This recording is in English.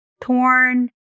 torn